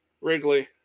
Wrigley